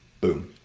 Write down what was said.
boom